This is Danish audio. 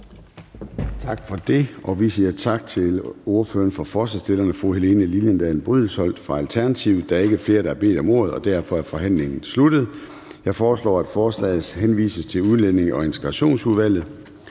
Gade): Vi siger tak til ordføreren for forslagsstillerne, fru Helene Liliendahl Brydensholt fra Alternativet. Der er ikke flere, der har bedt om ordet, og derfor er forhandlingen sluttet. Jeg foreslår, at forslaget til folketingsbeslutning henvises til Udlændinge- og Integrationsudvalget.